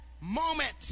moment